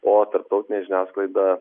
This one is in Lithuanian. o tarptautinė žiniasklaida